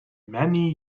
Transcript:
many